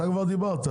אתה כבר דיברת.